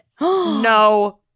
No